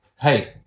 Hey